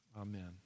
amen